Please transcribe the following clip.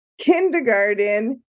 kindergarten